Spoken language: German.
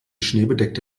schneebedeckte